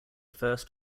first